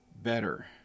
better